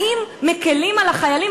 האם מקִלים על החיילים?